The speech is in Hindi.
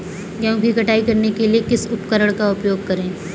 गेहूँ की कटाई करने के लिए किस उपकरण का उपयोग करें?